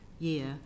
year